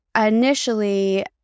initially